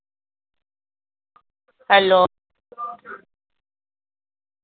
hello